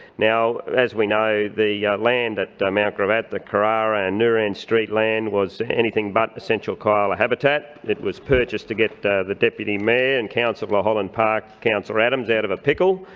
now, as we know, the land at mt gravatt, the carrara and nurran street land was anything but essential koala habitat. it was purchased to get the the deputy mayor and councillor for holland park, councillor adams, out of a pickle.